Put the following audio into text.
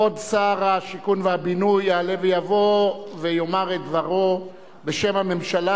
כבוד שר השיכון והבינוי יעלה ויבוא ויאמר את דברו בשם הממשלה